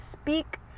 speak